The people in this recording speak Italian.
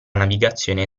navigazione